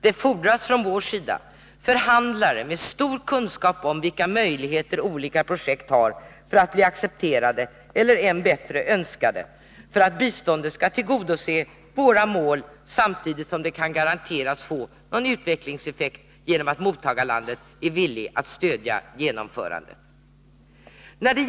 Det fordras alltså från vår sida förhandlare med stor kunskap om vilka möjligheter olika projekt har att bli accepterade eller, än bättre, önskade för att biståndet skall tillgodose våra mål samtidigt som det kan garanteras få någon utvecklingseffekt genom att mottagarlandet är villigt att stödja genomförandet.